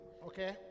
Okay